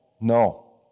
no